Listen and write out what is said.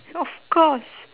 of course